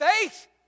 faith